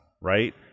right